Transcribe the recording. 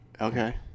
okay